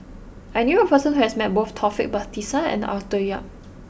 I knew a person who has met both Taufik Batisah and Arthur Yap